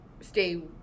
stay